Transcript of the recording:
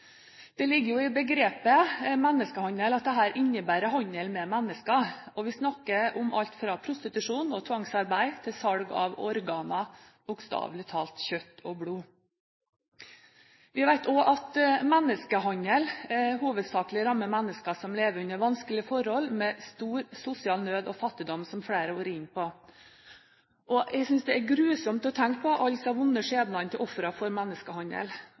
Det ligger i begrepet «menneskehandel» at dette innebærer handel med mennesker. Vi snakker om alt fra prostitusjon og tvangsarbeid til salg av organer – bokstavelig talt kjøtt og blod. Vi vet også at menneskehandel hovedsakelig rammer mennesker som lever under vanskelige forhold, med stor sosial nød og fattigdom, som flere har vært inne på. Jeg synes det er grusomt å tenke på alle de vonde skjebnene til ofrene for menneskehandel,